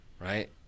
right